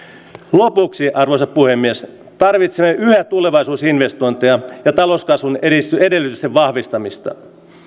lopuksi arvoisa puhemies tarvitsemme yhä tulevaisuusinvestointeja ja talouskasvun edellytysten vahvistamista